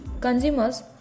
consumers